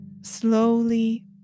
slowly